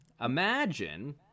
imagine